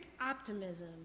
optimism